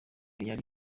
yari